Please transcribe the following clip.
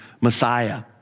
Messiah